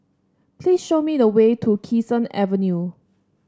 please show me the way to Kee Sun Avenue